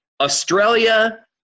Australia